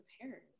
prepared